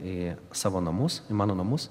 į savo namus į mano namus